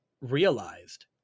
realized